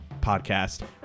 podcast